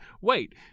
Wait